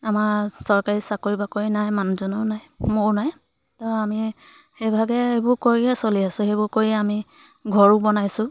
আমাৰ চৰকাৰী চাকৰি বাকৰি নাই মানুহজনৰো নাই মোৰো নাই ত' আমি সেইভাগে এইবোৰ কৰিয়ে চলি আছোঁ সেইবোৰ কৰি আমি ঘৰো বনাইছোঁ